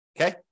Okay